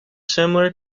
similar